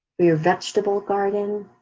your vegetable garden.